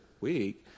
week